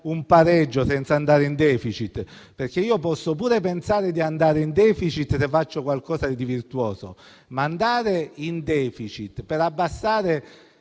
pareggio senza andare in *deficit*. Posso anche pensare di andare in *deficit* se faccio qualcosa di virtuoso, ma andare in *deficit* per abbassare